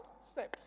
Steps